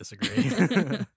disagree